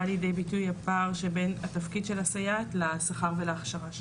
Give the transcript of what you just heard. לידי ביטוי הפער שבין התפקיד של הסייעת לשכר ולהכשרה שלה.